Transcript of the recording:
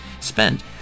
spend